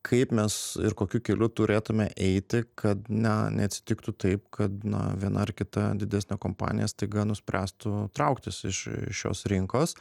kaip mes ir kokiu keliu turėtume eiti kad na neatsitiktų taip kad na viena ar kita didesnė kompanija staiga nuspręstų trauktis iš šios rinkos